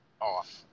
off